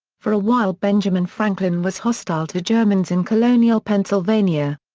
for a while benjamin franklin was hostile to germans in colonial pennsylvania.